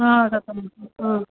ह सत्यं